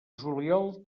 juliol